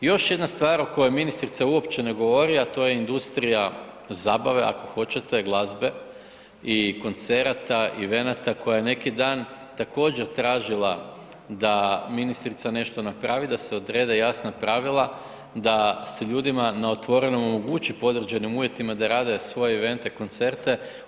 Još jedna stvar o kojoj ministrica uopće ne govori, a to je industrija zabave ako hoćete, glazbe i koncerata, evenata koja je neki dan također tražila da ministrica nešto napravi, da se odrede jasna pravila da se ljudima na otvorenom omogući pod određenim uvjetima da rade svoje evente, koncerte.